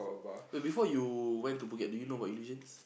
wait before you went to Phuket do you know about Illusions